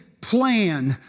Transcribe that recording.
plan